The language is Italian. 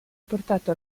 portato